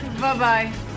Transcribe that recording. Bye-bye